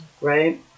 right